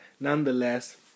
nonetheless